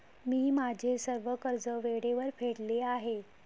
मी माझे सर्व कर्ज वेळेवर फेडले आहे